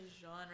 genre